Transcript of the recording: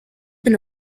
been